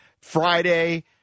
Friday